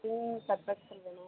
ரின் Surf Excel வேணும்